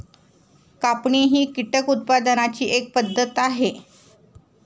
कापणी ही कीटक उत्पादनाची एक पद्धत आहे